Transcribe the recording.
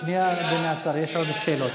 שנייה, אדוני השר, יש עוד שאלות.